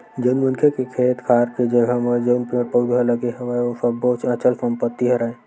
जउन मनखे के खेत खार के जघा म जउन पेड़ पउधा लगे हवय ओ सब्बो अचल संपत्ति हरय